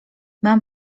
mam